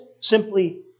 simply